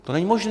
To není možné.